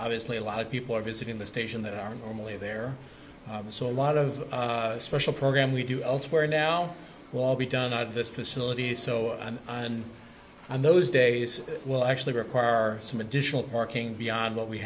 obviously a lot of people are visiting the station that are normally there so a lot of special program we do elsewhere now won't be done at this facility so on and on those days will actually require some additional parking beyond what we